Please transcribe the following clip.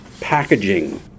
Packaging